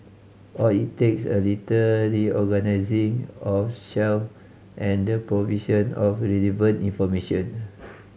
all it takes a little reorganising of shelf and the provision of relevant information